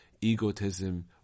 egotism